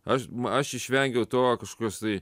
aš aš išvengiau to kažkokios tai